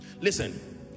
Listen